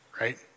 right